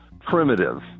primitive